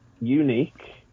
unique